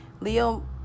leo